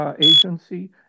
agency